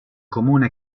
comune